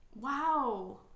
Wow